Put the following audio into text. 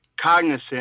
cognizant